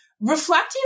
reflecting